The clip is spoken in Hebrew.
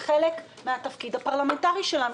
זה חלק מהתפקיד הפרלמנטרי שלנו,